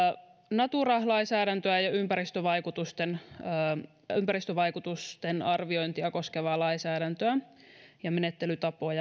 natura lainsäädäntöä ja ympäristövaikutusten ja ympäristövaikutusten arviointia koskevaa lainsäädäntöä ja menettelytapoja